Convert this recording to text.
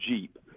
Jeep